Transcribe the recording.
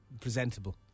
presentable